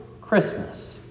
Christmas